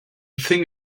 thing